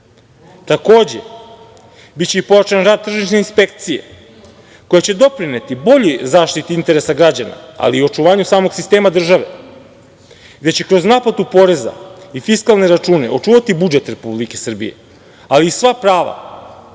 sporova. Takođe, biće i povećan rad tržišne inspekcije, koja će doprineti boljoj zaštiti interesa građana, ali i očuvanju samog sistema države, gde će i kroz naplatu poreza i fiskalne račune očuvati budžet Republike Srbije, ali i sva prava